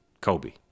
Kobe